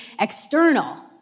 external